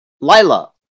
Lila